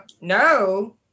no